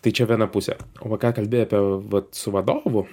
tai čia viena pusė o va ką kalbi apie vat su vadovu